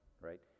right